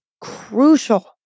crucial